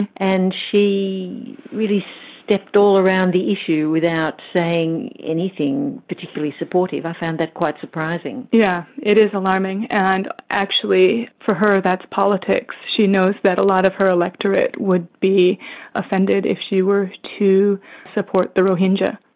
and and she really stepped all around the issue without saying anything particularly supportive. i found that quite surprising. yeah, it is alarming and actually for her that's that's politics. she knows that a lot of her electorate would be offended if she were to support the rohingya.